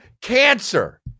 cancer